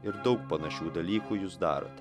ir daug panašių dalykų jūs darote